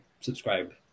subscribe